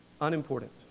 unimportant